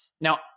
Now